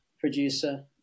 producer